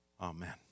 Amen